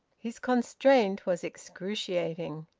his constraint was excruciating.